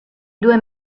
due